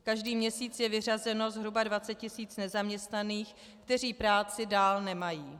Každý měsíc je vyřazeno zhruba 20 tisíc nezaměstnaných, kteří práci dál nemají.